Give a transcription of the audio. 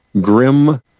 grim